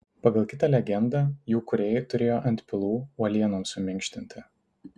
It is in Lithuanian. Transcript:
pagal kitą legendą jų kūrėjai turėjo antpilų uolienoms suminkštinti